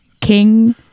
King